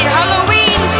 Halloween